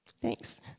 Thanks